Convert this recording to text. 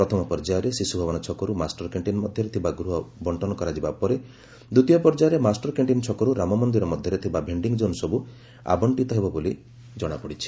ପ୍ରଥମ ପର୍ଯ୍ୟାୟରେ ଶିଶୁଭବନ ଛକରୁ ମାଷ୍ଟର କ୍ୟାଣ୍ଟିନ୍ ମଧ୍ଧରେ ଥିବା ଗୃହ ବକ୍ଷନ କରାଯିବା ପରେ ଦିତୀୟ ପର୍ଯ୍ୟାୟରେ ମାଷ୍ଟରକ୍ୟାଷ୍ଟିନ୍ ଛକରୁ ରାମମନ୍ଦିର ମଧ୍ଧରେ ଥିବା ଭେଣ୍ଡିଂ ଜୋନ୍ ସବୁ ଆବଣ୍କିତ ହେବ ବୋଲି ଜଣାପଡ଼ିଛି